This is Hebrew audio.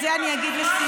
את זה אני אגיד לסיום.